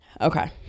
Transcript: Okay